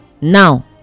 Now